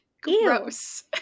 Gross